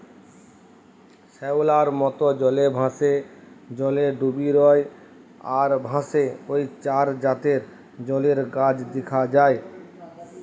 শ্যাওলার মত, জলে ভাসে, জলে ডুবি রয় আর ভাসে ঔ চার জাতের জলের গাছ দিখা যায়